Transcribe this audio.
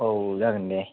औ जागोन दे